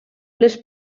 les